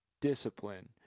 discipline